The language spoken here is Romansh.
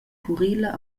purila